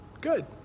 Good